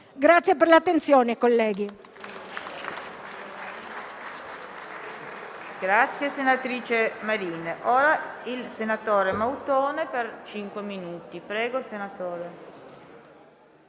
Grazie per l'attenzione colleghi.